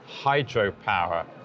hydropower